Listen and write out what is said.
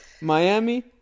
Miami